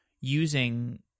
using